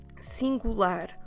Singular